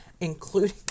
including